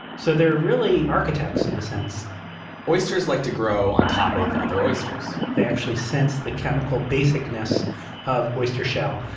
so they're really architects in a sense oysters like to grow on top of other oysters. they actually sense the chemical basic-ness of oyster shell,